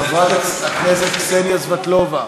חברת הכנסת קסניה סבטלובה